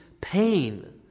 pain